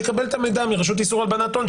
שיקבל את המידע מהרשות לאיסור הלבנת הון,